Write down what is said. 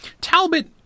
Talbot